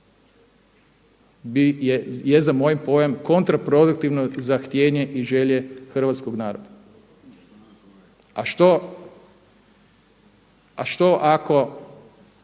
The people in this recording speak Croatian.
je za moj pojam kontraproduktivno za htjenje i želje hrvatskoga naroda. A što ako